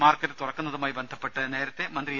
market തുറക്കുന്നതുമായി ബന്ധപ്പെട്ട് നേരത്തെ മന്ത്രി എ